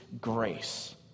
grace